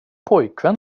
pojkvän